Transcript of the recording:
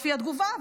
לפי התגובה,